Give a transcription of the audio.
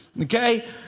Okay